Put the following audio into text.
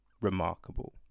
remarkable